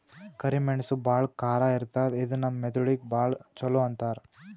ಕರಿ ಮೆಣಸ್ ಭಾಳ್ ಖಾರ ಇರ್ತದ್ ಇದು ನಮ್ ಮೆದಳಿಗ್ ಭಾಳ್ ಛಲೋ ಅಂತಾರ್